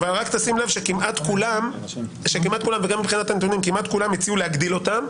אבל רק תשים לב שכמעט כולם הציעו להגדיל אותם,